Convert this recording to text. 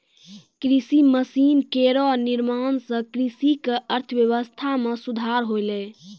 कृषि मसीन केरो निर्माण सें कृषि क अर्थव्यवस्था म सुधार होलै